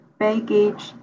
baggage